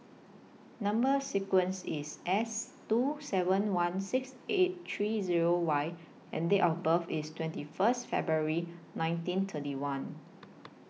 Number sequence IS S two seven one six eight three Zero Y and Date of birth IS twenty First February nineteen thirty one